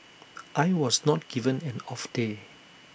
I was not given an off day